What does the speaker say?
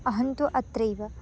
अहन्तु अत्रैव